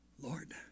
Lord